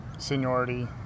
Seniority